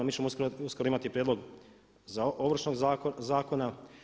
Mi ćemo uskoro imati i prijedlog Ovršnog zakona.